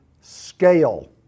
scale